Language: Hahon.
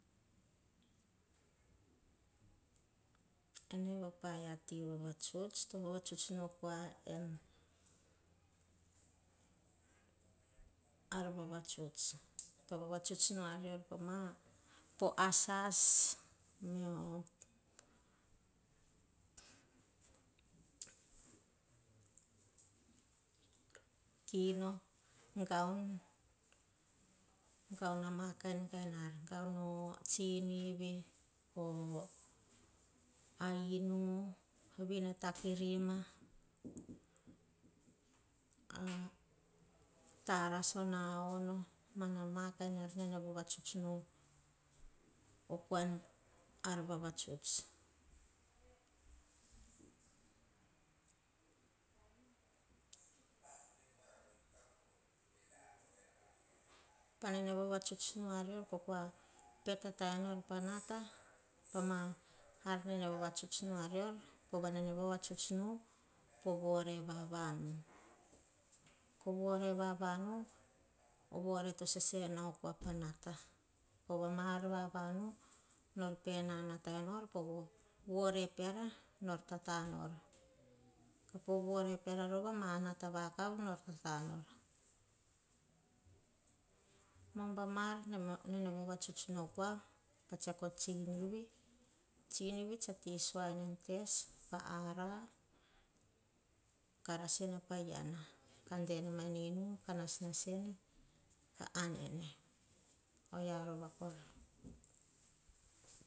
Ene a paia ti vavatuts, to vavatuts nu o kua em en ar vavatuts. Vaatuts nu arior po asas, kino, gaon, gaon a ma kainkain ar, gaon o tsinevi o a inu, vavina takirima tarasa o na ono. mana kain ar nene vavatuts nu o kua ar vavatuts. pa nene vavatuts nu arior, ko kua pe tata nor pa nata. Pa ma ar nene vavatuts nu rior, pova ne vavatuts nu po vore vava nu. ko vore vavanu, to sese na o kua pa nata. pova ma ar vava nu, nor pe natata e nor, povo vore peara nor tata nor. Ka po vore peara rova. Ma nata vakav nor tata nor. Ma ubam ar nene vavatuts nu o kua pa tsiako o tsinivi, tsinivi tsa ti sua, ene en tes pa ara, ka ras ene pa iana, ka de ene ma en inu, ka nasnas ene ka anene, oyia rova kora.